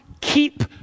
Keep